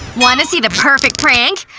want to see the perfect prank?